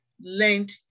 learned